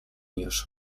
już